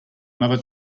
another